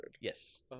Yes